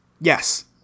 yes